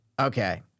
Okay